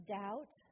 doubt